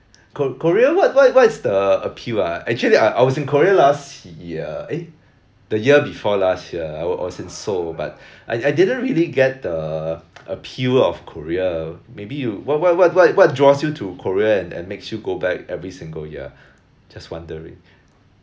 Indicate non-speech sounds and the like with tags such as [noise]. ko~ korea what what what is the appeal ah actually I I was in korea last year eh the year before last year I was in seoul but I I didn't really get the [noise] appeal of korea maybe you what what what what draws you to korea and and makes you go back every single year just wondering